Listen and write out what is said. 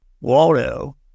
Waldo